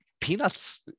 peanuts